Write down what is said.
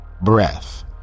breath